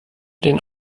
den